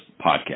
Podcast